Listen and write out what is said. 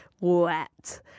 wet